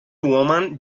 woman